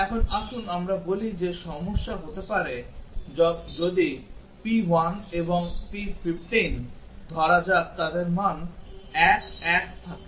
এখন আসুন আমরা বলি যে সমস্যা হতে পারে যদি p1 এবং p15 ধরা যাক তাদের মান 1 1 থাকে